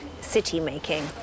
city-making